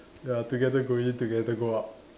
ya together go in together go out